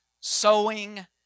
Sowing